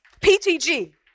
PTG